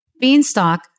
Beanstalk